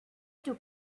took